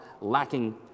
lacking